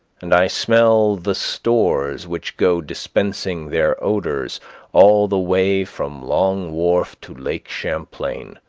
and i smell the stores which go dispensing their odors all the way from long wharf to lake champlain,